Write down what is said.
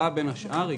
השאר,